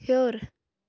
ہیوٚر